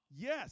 Yes